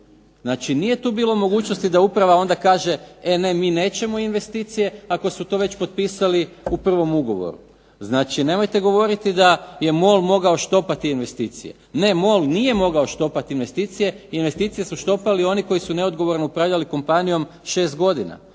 znači nije tu bilo mogućnosti da uprava onda kaže e ne mi nećemo investicije, ako su to već potpisali u prvom ugovoru. Znači nemojte govoriti da je MOL mogao štopati investicije. Ne, MOL nije mogao štopati investicije, investicije su štopali oni koji su neodgovorno upravljali kompanijom 6 godina